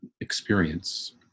experience